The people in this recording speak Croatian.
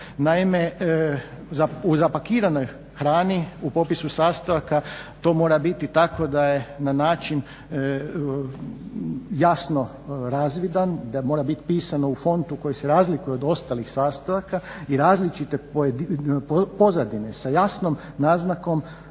Naime, u zapakiranoj hrani u popisu sastojaka to mora biti tako da je na način jasno razvidan da mora biti pisan u fontu koji se razlikuje od ostalih sastojaka i različite pozadine sa jasnom naznakom